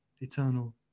eternal